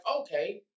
okay